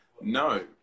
No